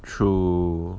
true